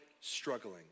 struggling